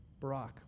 Barack